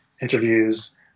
interviews